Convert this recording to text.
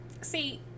see